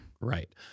Right